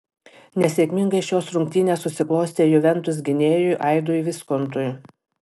nesėkmingai šios rungtynės susiklostė juventus gynėjui aidui viskontui